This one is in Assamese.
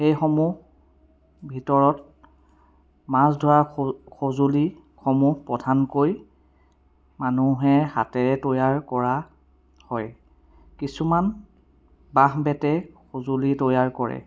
সেইসমূহ ভিতৰত মাছ ধৰা সঁজুলিসমূহ প্ৰধানকৈ মানুহে হাতেৰে তৈয়াৰ কৰা হয় কিছুমান বাঁহ বেতেৰে সঁজুলি তৈয়াৰ কৰে